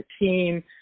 team